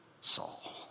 Saul